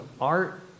art